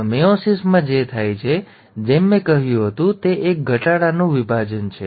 હવે મેયોસિસમાં જે થાય છે તે છે ત્યાં છે જેમ મેં કહ્યું હતું તે એક ઘટાડાનું વિભાજન છે